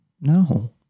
No